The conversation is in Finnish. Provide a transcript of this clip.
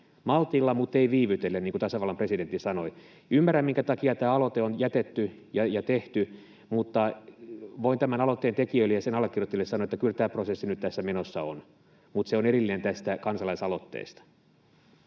”maltilla, mutta ei viivytellen”, niin kuin tasavallan presidentti sanoi. Ymmärrän, minkä takia tämä aloite on jätetty ja tehty, mutta voin tämän aloitteen tekijöille ja sen allekirjoittajille sanoa, että kyllä tämä prosessi nyt tässä menossa on, mutta se on erillinen tästä kansalaisaloitteesta.